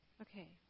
Okay